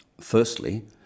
Firstly